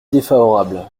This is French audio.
défavorable